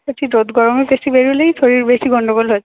একটু রোদ গরমে বেশী বেরোলেই শরীর বেশী গন্ডগোল হচ্ছে